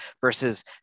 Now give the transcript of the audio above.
versus